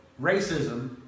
racism